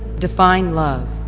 define love